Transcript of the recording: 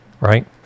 Right